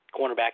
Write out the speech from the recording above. Cornerback